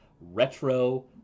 Retro